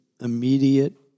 immediate